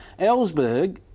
Ellsberg